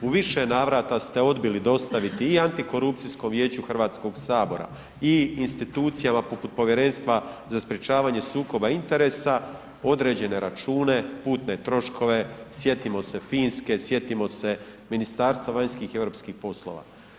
U više navrata ste odbili dostaviti i Antikorupcijskom vijeću HS-a i institucijama poput Povjerenstva za sprečavanje sukoba interesa određene račune, putne troškove, sjetimo se Finske, sjetimo se Ministarstva vanjskih i europskih poslova.